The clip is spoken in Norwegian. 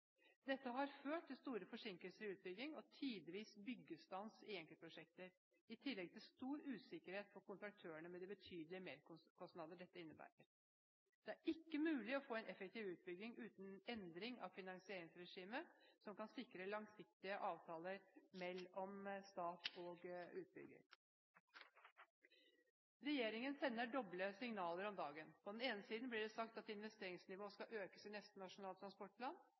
Dette har ført til store forsinkelser i utbygging og tidvis byggestans i enkeltprosjekter, i tillegg til stor usikkerhet for kontraktørene med de betydelige merkostnadene dette innebærer. Det er ikke mulig å få en effektiv utbygging uten en endring av finansieringsregimet som kan sikre langsiktige avtaler mellom stat og utbygger. Regjeringen sender doble signaler om dagen. På den ene siden blir det sagt at investeringsnivået skal økes i neste Nasjonal transportplan.